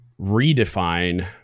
redefine